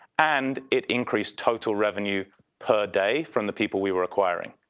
and it increased total revenue per day from the people we were acquiring.